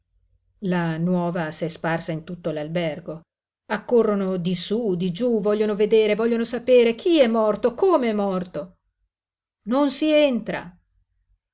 la nuova s'è sparsa in tutto l'albergo accorrono di sú di giú vogliono vedere vogliono sapere chi è morto com'è morto non si entra